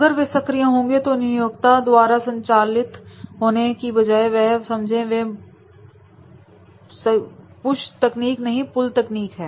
अगर वे सक्रिय होंगे तो नियोक्ता द्वारा संचालित होने की बजाय यह समझे वे पुश तकनीक नहीं पुल टेक्निक है